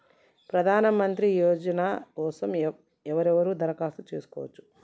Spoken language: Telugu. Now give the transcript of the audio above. ప్రధానమంత్రి యోజన కోసం ఎవరెవరు దరఖాస్తు చేసుకోవచ్చు?